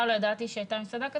בכלל לא ידעתי שהייתה מסעדה כזו.